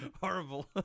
Horrible